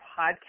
podcast